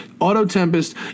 Autotempest